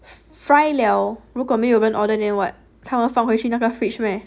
fry liao 如果没有人 order then what 他们放回去那个 fridge meh